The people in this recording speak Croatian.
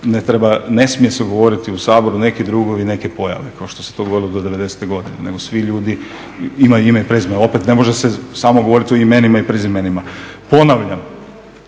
ne treba, ne smije se govoriti u Saboru neki drugovi, neke pojave kao što se to govorili do 90. godine nego svi ljudi imaju ime i prezime. Opet ne može se samo govoriti o imenima i prezimenima. Ponavljam,